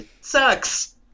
sucks